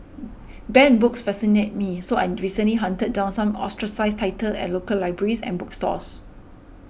banned books fascinate me so I recently hunted down some ostracised titles at local libraries and bookstores